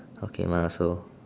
okay mine also